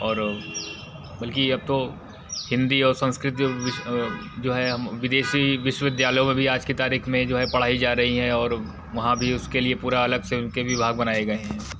और बल्कि अब तो हिंदी और संस्कृत जो विश जो हैं विदेशी विश्विविद्यालयों में भी आज की तारीख में जो है पढ़ाई जा रही हैं और वहाँ भी उसके लिए पूरा अलग से उनके विभाग बनाए गए हैं